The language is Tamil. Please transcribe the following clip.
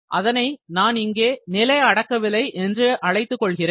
அதனை நான் இங்கே நிலை அடக்க விலை என்று அழைத்துக் கொள்கிறேன்